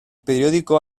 periódico